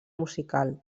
musical